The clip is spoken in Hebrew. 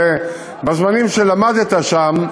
אבל בזמנים שלמדת שם,